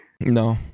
No